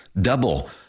Double